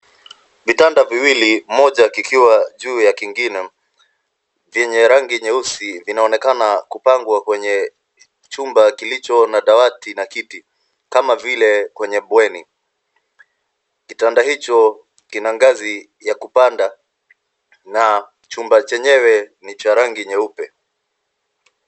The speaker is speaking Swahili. Vitanda viwili moja kikiwa juu ya kitanda kingine, vyenye rangi nyeusi vinaonekana kupangwa kwenye chumba kilicho na dawati na kiti kama vile kwenye bweni. Kitanda hicho kina ngazi ya kupanda na chumba chenyewe ni cha rangi nyeupe